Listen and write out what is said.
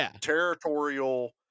territorial